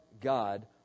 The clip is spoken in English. God